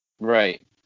Right